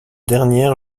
dernière